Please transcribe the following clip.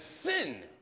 sin